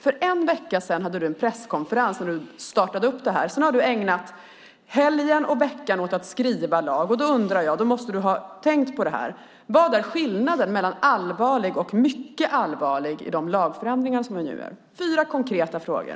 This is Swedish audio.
För en vecka sedan hade du en presskonferens när du startade detta. Sedan har du ägnat helgen och veckan åt att skriva lag. Du måste ha tänkt på detta. Vad är skillnaden mellan allvarlig och mycket allvarlig i lagförändringarna som läggs fram? Det här var fyra konkreta frågor.